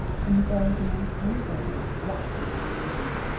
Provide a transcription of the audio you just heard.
and that there was an uncanny gathering of roughs about the street,